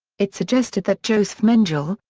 it suggested that josef mengele,